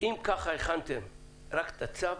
אם ככה הכנתם רק את הצו,